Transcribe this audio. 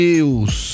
Deus